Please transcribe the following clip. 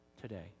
today